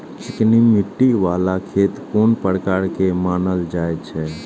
चिकनी मिट्टी बाला खेत कोन प्रकार के मानल जाय छै?